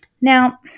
Now